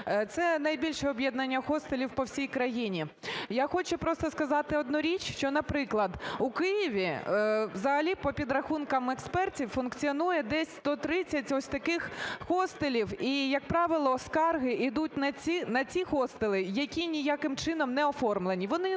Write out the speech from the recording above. Це найбільше об'єднання хостелів по всій країні. Я хочу просто сказати одну річ, що, наприклад, у Києві взагалі по підрахунках експертів функціонує десь 130 ось таких хостелів. І, як правило, скарги йдуть на ці хостели, які ніяким чином не оформлені.